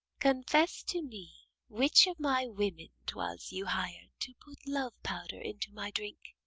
confess to me which of my women twas you hir'd to put love-powder into my drink?